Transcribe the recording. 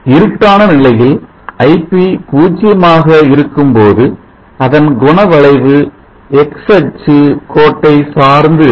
இருட்டான நிலையில் ip பூஜ்ஜியமாக இருக்கும்போது அதன் குணவளைவு X அச்சு கோட்டை சார்ந்து இருக்கும்